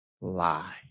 lie